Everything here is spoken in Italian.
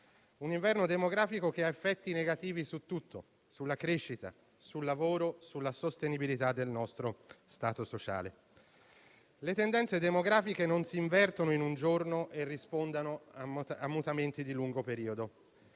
un inverno demografico che ha effetti negativi su tutto, sulla crescita, sul lavoro, sulla sostenibilità del nostro stato sociale. Le tendenze demografiche non si invertono in un giorno e rispondono a mutamenti di lungo periodo,